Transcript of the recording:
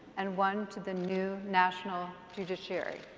and one to the new national judiciary.